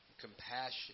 compassion